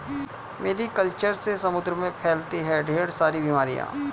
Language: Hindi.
मैरी कल्चर से समुद्र में फैलती है ढेर सारी बीमारियां